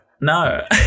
No